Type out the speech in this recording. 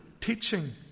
teaching